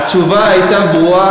התשובה הייתה ברורה.